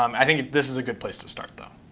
um i think this is a good place to start, though.